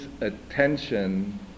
attention